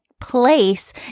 place